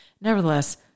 Nevertheless